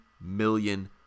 million